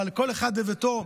אבל כל אחד וביתו,